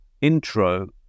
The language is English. intro